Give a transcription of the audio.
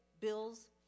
Bill's